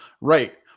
right